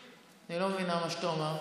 אני לא מבינה מה שאתה אומר.